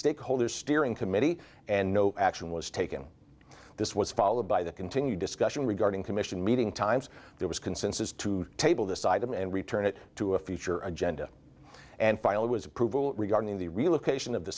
stakeholder steering committee and no action was taken this was followed by the continued discussion regarding commission meeting times there was consensus to table beside him and return it to a future agenda and file his approval regarding the relocation of the